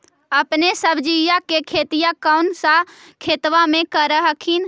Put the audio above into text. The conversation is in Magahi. अपने सब्जिया के खेतिया कौन सा खेतबा मे कर हखिन?